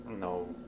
no